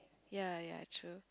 ya ya true